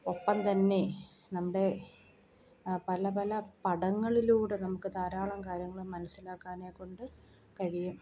ഒപ്പം തന്നെ നമ്മുടെ പല പല പടങ്ങളിലൂടെ നമുക്ക് ധാരാളം കാര്യങ്ങൾ മനസ്സിലാക്കാനേകൊണ്ട് കഴിയും